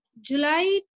July